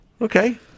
okay